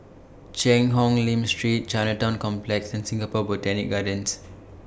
Cheang Hong Lim Street Chinatown Complex and Singapore Botanic Gardens